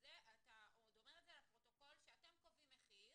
אתה עוד אומר את זה לפרוטוקול, שאתם קובעים מחיר